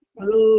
Hello